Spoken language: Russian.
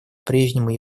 прежнему